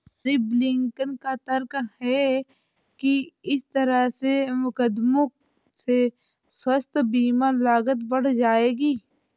Republican का तर्क है कि इस तरह के मुकदमों से स्वास्थ्य बीमा लागत बढ़ जाएगी